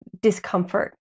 discomfort